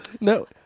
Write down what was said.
No